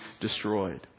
destroyed